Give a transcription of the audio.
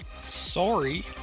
Sorry